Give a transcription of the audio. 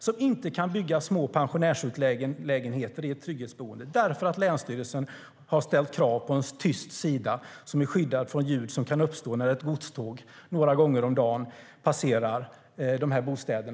Där kan de inte bygga små pensionärslägenheter i ett trygghetsboende därför att länsstyrelsen har ställt krav på en tyst sida som är skyddad från ljud som kan uppstå när ett godståg några gånger om dagen passerar dessa bostäder.